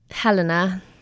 Helena